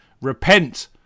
Repent